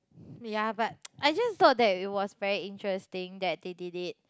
ya but I just thought that it was very interesting that they did it